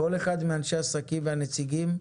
כל אחד מאנשי העסקים והנציגים,